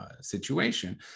situation